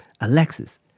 Alexis